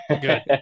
good